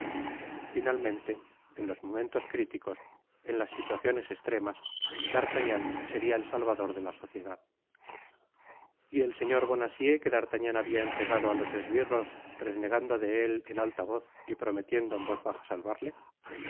finalmente en los momentos críticos en las situaciones extremas d'artagnan seria el salvador de la sociedad y el señor bonacieux que d'artagnan habia entregado á los esbirros renegando de él en alta voz y prometiendo en voz baja salvarle